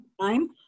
time